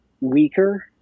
weaker